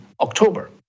October